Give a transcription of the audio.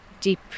deep